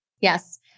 Yes